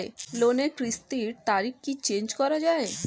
লোনের কিস্তির তারিখ কি চেঞ্জ করা যায়?